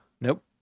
Nope